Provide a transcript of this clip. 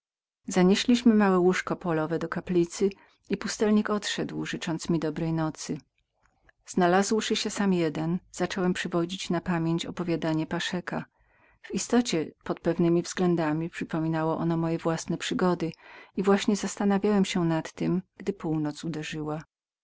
zanieśliśmy małe łóżko na pasach do kaplicy i pustelnik odszedł życząc mi dobrej nocy znalazłszy się sam jeden zacząłem przywodzić na pamięć opowiadanie paszeka w istocie to coś wyglądało na moje własne przygody i właśnie zastanawiałem się nad tem gdy północ uderzyła